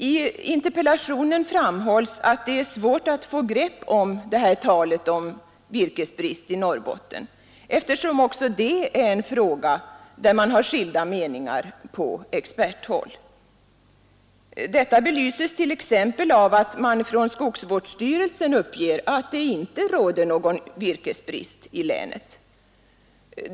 I interpellationen sägs att det är svårt att få grepp på talet om virkesbrist i Norrbotten, eftersom också det är en fråga som man har skilda meningar om på experthåll. Detta belyses t.ex. av att skogsvårdsstyrelsen uppger att det inte råder någon virkesbrist i länet.